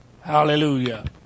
Hallelujah